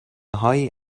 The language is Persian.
های